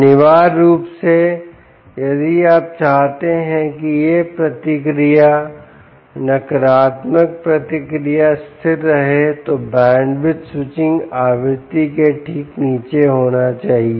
अनिवार्य रूप से यदि आप चाहते हैं कि यह प्रतिक्रिया नकारात्मक प्रतिक्रिया स्थिर रहे तो बैंडविड्थ स्विचिंग आवृत्ति के ठीक नीचे होना चाहिए